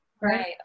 right